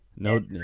No